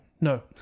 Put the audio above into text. No